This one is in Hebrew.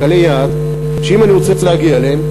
קהלי יעד שאם אני רוצה להגיע אליהם,